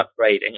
upgrading